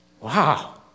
wow